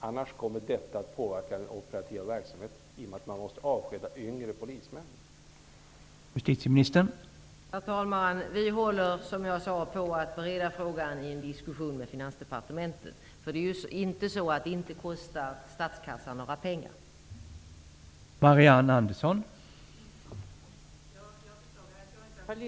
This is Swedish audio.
Annars kommer det att påverka den operativa verksamheten, i och med att yngre polismän måste avskedas.